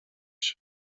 się